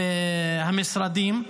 והמשרדים.